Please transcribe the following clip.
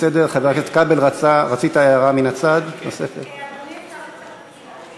ובכן, ההצעה עוברת לוועדת העבודה והרווחה,